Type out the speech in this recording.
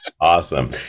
Awesome